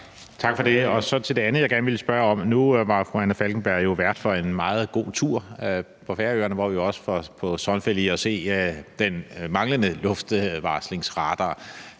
Tak for det. Og så er der det andet, jeg gerne vil spørge om. Nu var fru Anna Falkenberg jo vært for en meget god tur på Færøerne, hvor vi også var på Sornfelli og se den manglende luftvarslingsradar,